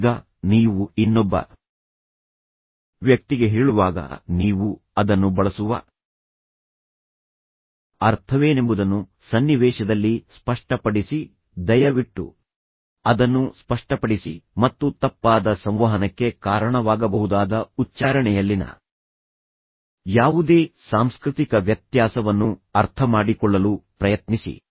ಈಗ ನೀವು ಇನ್ನೊಬ್ಬ ವ್ಯಕ್ತಿಗೆ ಹೇಳುವಾಗ ನೀವು ಅದನ್ನು ಬಳಸುವ ಅರ್ಥವೇನೆಂಬುದನ್ನು ಸನ್ನಿವೇಶದಲ್ಲಿ ಸ್ಪಷ್ಟಪಡಿಸಿ ದಯವಿಟ್ಟು ಅದನ್ನು ಸ್ಪಷ್ಟಪಡಿಸಿ ಮತ್ತು ತಪ್ಪಾದ ಸಂವಹನಕ್ಕೆ ಕಾರಣವಾಗಬಹುದಾದ ಉಚ್ಚಾರಣೆಯಲ್ಲಿನ ಯಾವುದೇ ಸಾಂಸ್ಕೃತಿಕ ವ್ಯತ್ಯಾಸವನ್ನು ಅರ್ಥಮಾಡಿಕೊಳ್ಳಲು ಪ್ರಯತ್ನಿಸಿ